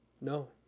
No